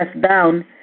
down